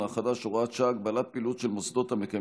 החדש (הוראת שעה) (הגבלת פעילות והוראות נוספות)